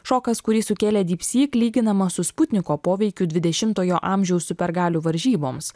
šokas kurį sukėlė dypsyk lyginamas su sputniko poveikiu dvidešimtojo amžiaus supergalių varžyboms